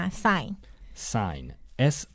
？sign，sign，s